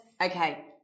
Okay